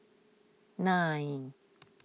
nine